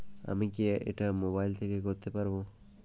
আমি কি এটা মোবাইল থেকে করতে পারবো?